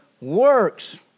works